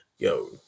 Yo